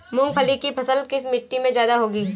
मूंगफली की फसल किस मिट्टी में ज्यादा होगी?